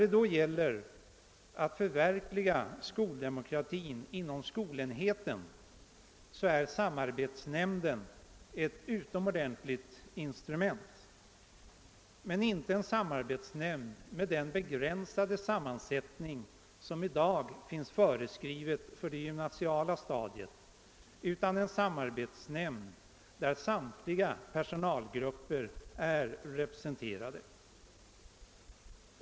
När det gäller att förverkliga skoldemokratin inom skolenheten är samarbetsnämnden ett utomordentligt instrument, men inte en samarbetsnämnd med den begränsade sammansättning som i dag finns föreskriven för det gymnasiala stadiet utan en samarbetsnämnd, där samtliga personalgrupper är representerade.